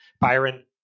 Byron